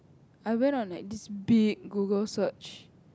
I went on like this big Google search